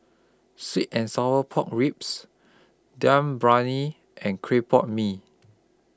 Sweet and Sour Pork Ribs Dum Briyani and Clay Pot Mee